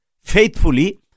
faithfully